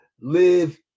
Live